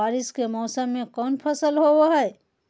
बारिस के मौसम में कौन फसल होबो हाय?